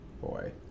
Boy